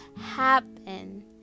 happen